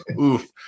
Oof